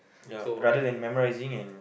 ya rather than memorising and